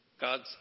God's